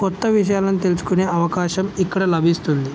కొత్త విషయాలను తెలుసుకునే అవకాశం ఇక్కడ లభిస్తుంది